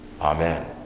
amen